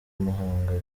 muhanga